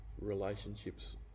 relationships